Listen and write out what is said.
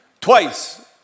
Twice